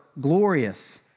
glorious